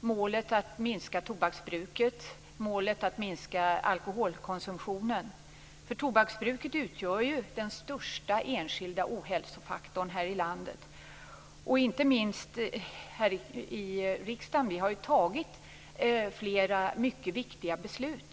målet att minska tobaksbruket och målet att minska alkoholkonsumtionen. Tobaksbruket utgör ju den största enskilda ohälsofaktorn här i landet. Inte minst har vi här i riksdagen fattat flera viktiga beslut.